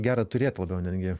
gera turėt labiau netgi